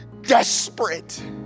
desperate